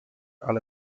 ale